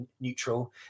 neutral